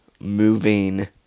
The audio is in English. moving